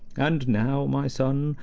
and now, my son,